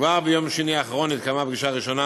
כבר ביום שני האחרון התקיימה פגישה ראשונה